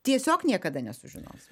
tiesiog niekada nesužinosim